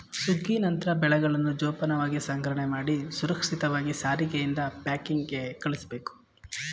ಸುಗ್ಗಿ ನಂತ್ರ ಬೆಳೆಗಳನ್ನ ಜೋಪಾನವಾಗಿ ಸಂಗ್ರಹಣೆಮಾಡಿ ಸುರಕ್ಷಿತವಾಗಿ ಸಾರಿಗೆಯಿಂದ ಪ್ಯಾಕಿಂಗ್ಗೆ ಕಳುಸ್ಬೇಕು